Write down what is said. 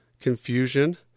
confusion